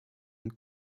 und